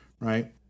Right